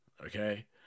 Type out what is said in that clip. okay